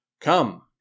Come